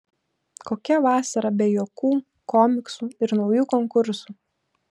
kokia vasara be juokų komiksų ir naujų konkursų